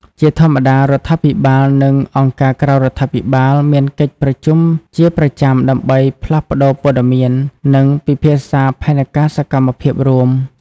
ជាធម្មតា រដ្ឋាភិបាល និងអង្គការក្រៅរដ្ឋាភិបាលមានកិច្ចប្រជុំជាប្រចាំដើម្បីផ្លាស់ប្តូរព័ត៌មាន និងពិភាក្សាផែនការសកម្មភាពរួម។